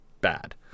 bad